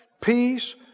peace